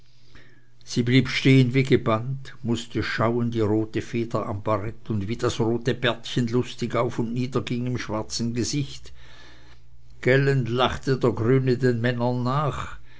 sie blieb stehen wie gebannt mußte schauen die rote feder am barett und wie das rote bärtchen lustig auf und niederging im schwarzen gesichte gellend lachte der grüne den männern nach